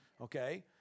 Okay